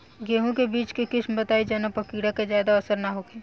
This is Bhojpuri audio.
गेहूं के बीज के किस्म बताई जवना पर कीड़ा के ज्यादा असर न हो सके?